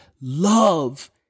Love